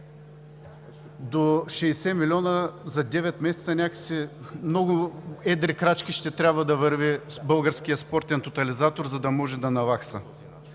До 60 милиона за девет месеца, някак си с много едри крачки ще трябва да върви „Българският спортен тотализатор“, за да може да навакса.